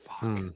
Fuck